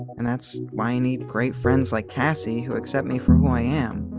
and that's why i need great friends like cassie, who accept me for who i am.